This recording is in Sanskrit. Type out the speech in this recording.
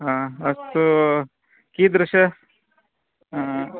हा अस्तु कीदृशम्